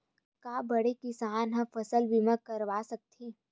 का बड़े किसान ह फसल बीमा करवा सकथे?